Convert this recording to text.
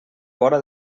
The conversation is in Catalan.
vora